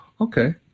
okay